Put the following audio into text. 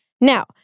Now